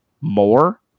more